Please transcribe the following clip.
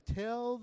tell